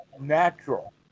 natural